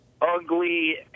ugly